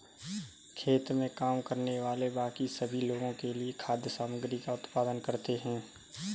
खेत में काम करने वाले बाकी सभी लोगों के लिए खाद्य सामग्री का उत्पादन करते हैं